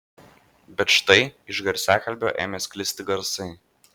bet štai iš garsiakalbio ėmė sklisti garsai